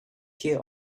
here